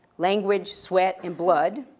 language, sweat, and blood,